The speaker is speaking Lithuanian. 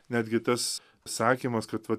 netgi tas sakymas kad va